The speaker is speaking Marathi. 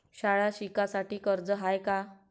शाळा शिकासाठी कर्ज हाय का?